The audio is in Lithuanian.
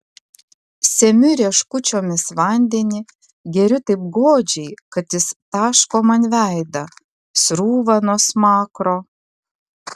semiu rieškučiomis vandenį geriu taip godžiai kad jis taško man veidą srūva nuo smakro